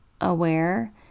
aware